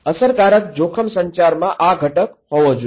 અસરકારક જોખમ સંચારમાં આ ઘટક હોવો જોઈએ